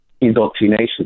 indoctrination